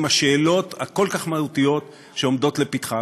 השאלות הכל-כך מהותיות שעומדות לפתחה.